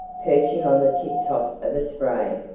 perching on the tiptop of a spray,